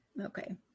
Okay